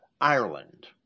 Ireland